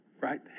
Right